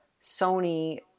Sony